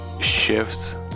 shifts